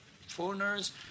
foreigners